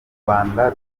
rwanda